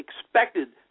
expected